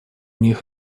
них